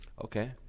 Okay